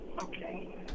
Okay